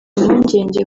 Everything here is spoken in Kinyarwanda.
impungenge